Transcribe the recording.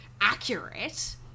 accurate